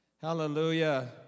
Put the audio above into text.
Hallelujah